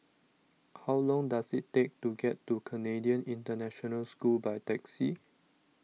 how long does it take to get to Canadian International School by taxi